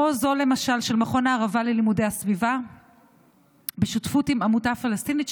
למשל כמו זו של מכון הערבה ללימודי הסביבה בשותפות עם עמותה פלסטינית,